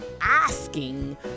asking